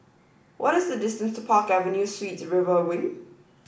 what is the distance to Park Avenue Suites River Wing